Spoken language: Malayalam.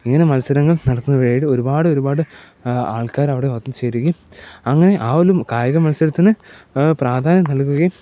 ഇങ്ങനെ മത്സരങ്ങൾ നടത്തുന്നതിന് വേണ്ടി ഒരുപാടൊരുപാട് ആൾക്കാര് അവിടെ വന്ന് ചേരുകയും അങ്ങനെ ആ ഒരു കായിക മത്സരത്തിന് അവര് പ്രാധാന്യം നൽകുകയും